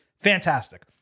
fantastic